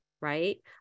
right